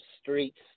streets